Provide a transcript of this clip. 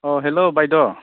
अ हेल' बायद'